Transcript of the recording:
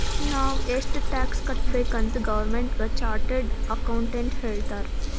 ನಾವ್ ಎಷ್ಟ ಟ್ಯಾಕ್ಸ್ ಕಟ್ಬೇಕ್ ಅಂತ್ ಗೌರ್ಮೆಂಟ್ಗ ಚಾರ್ಟೆಡ್ ಅಕೌಂಟೆಂಟ್ ಹೇಳ್ತಾರ್